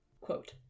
Quote